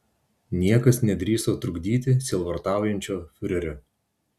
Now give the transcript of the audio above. niekas nedrįso trukdyti sielvartaujančio fiurerio